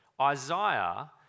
Isaiah